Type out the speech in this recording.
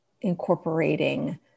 incorporating